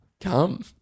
Come